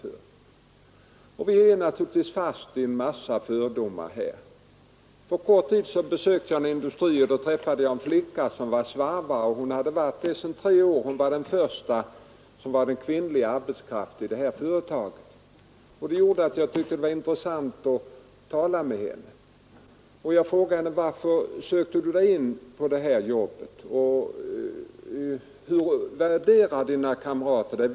Vi är dock alltjämt fast i en massa fördomar. För en kort tid sedan besökte jag en industri, och då träffade jag en flicka som var svarvare. Hon hade varit det sedan tre år tillbaka. Hon var den första kvinnliga arbetskraften i företaget, och jag tyckte att det var intressant att tala med henne. Jag frågade henne: Varför sökte du dig till det här jobbet, och hur värderar dina kamrater dig?